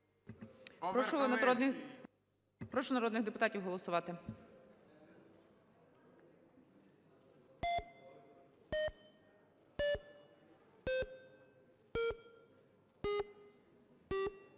Прошу народних депутатів голосувати.